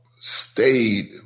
stayed